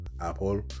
Apple